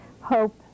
hope